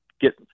get